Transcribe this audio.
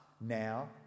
now